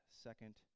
second